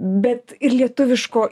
bet ir lietuviško